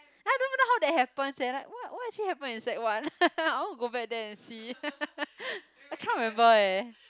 I don't even know how that happens leh like what what actually happen in sec one I want to go back there and see I cannot remember eh